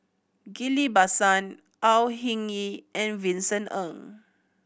Ghillie Basan Au Hing Yee and Vincent Ng